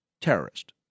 Terrorist